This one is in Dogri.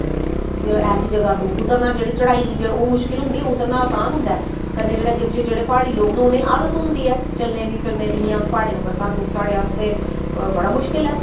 ऐसी जगह शा उतरना जेह्ड़ी चढ़ाई ही ओह् ते मुश्कल होंदी ऐ उतरना आसान होंदा ऐ कन्नै जेह्ड़े अग्गें पिच्छें प्हाड़ी लोग होंदे न उ'नें गी आदत होंदी ऐ चलने दी फिरने दी इ'यां प्हाड़ें पर सानूं साढ़े आस्तै बड़ा मुश्कल ऐ